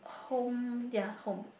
home ya home